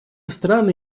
страны